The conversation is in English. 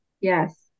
yes